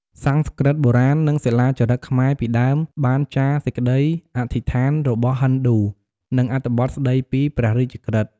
សំស្ក្រឹតបុរាណ និងសិលាចារឹកខ្មែរពីដើមបានចារសេចក្ដីអធិស្ឋានរបស់ហិណ្ឌូ និងអត្ថបទស្ដីពីព្រះរាជក្រឹត្យ។